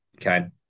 Okay